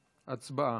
הצבעה.